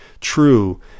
true